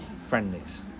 friendlies